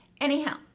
Anyhow